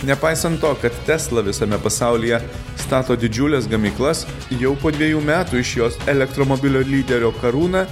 nepaisant to kad tesla visame pasaulyje stato didžiules gamyklas jau po divejų metų iš jos elektromobilio lyderio karūną